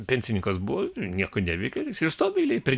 pensininkas buvo nieko neveikė ir stovi eilėje per